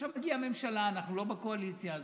אז עכשיו מגיעה הממשלה, אנחנו לא בקואליציה הזאת,